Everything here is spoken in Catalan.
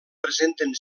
presenten